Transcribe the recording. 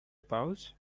pouch